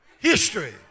History